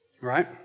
right